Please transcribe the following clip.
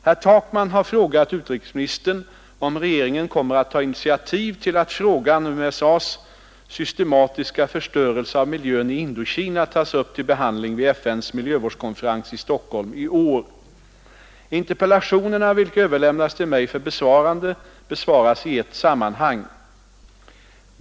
Herr Takman har frågat utrikesministern om regeringen kommer att ta initiativ till att frågan om USA:s systematiska förstörelse av miljön i Indokina tas upp till behandling vid FN:s miljövårdskonferens i Stockholm i år. Interpellationerna — vilka överlämnats till mig för besvarande — besvaras i ett sammanhang.